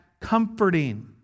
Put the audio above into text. comforting